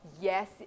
yes